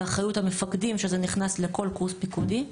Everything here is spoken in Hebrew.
ואחריות המפקדים שזה נכנס לכל קורס פיקודי,